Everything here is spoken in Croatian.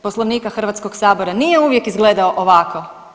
Poslovnika Hrvatskog sabora nije uvijek izgledao ovako.